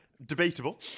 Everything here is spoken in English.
debatable